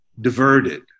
diverted